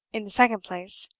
in the second place,